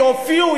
יופיעו,